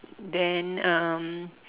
then um